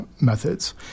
methods